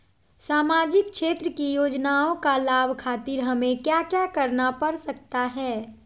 सामाजिक क्षेत्र की योजनाओं का लाभ खातिर हमें क्या क्या करना पड़ सकता है?